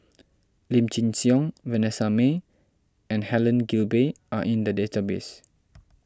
Lim Chin Siong Vanessa Mae and Helen Gilbey are in the database